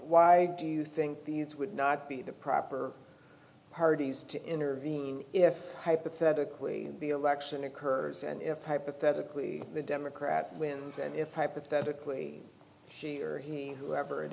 why do you think these would not be the proper parties to intervene if hypothetically the election occurs and if hypothetically the democrat wins and if hypothetically she or he whoever it